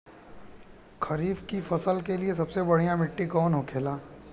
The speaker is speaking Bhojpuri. खरीफ की फसल के लिए सबसे बढ़ियां मिट्टी कवन होखेला?